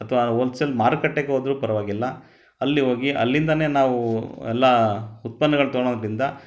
ಅಥವಾ ಹೋಲ್ಸೆಲ್ ಮಾರುಕಟ್ಟೆಗೆ ಹೋದರೂ ಪರ್ವಾಗಿಲ್ಲ ಅಲ್ಲಿ ಹೋಗಿ ಅಲ್ಲಿಂದಲೇ ನಾವು ಎಲ್ಲ ಉತ್ಪನ್ನಗಳನ್ನ ತಗೊಳ್ಳೋದ್ರಿಂದ